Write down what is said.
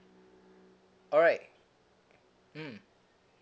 alright mm